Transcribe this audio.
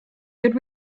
could